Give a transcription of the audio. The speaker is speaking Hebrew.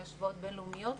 מהשוואת בין-לאומיות.